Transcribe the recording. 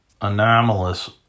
anomalous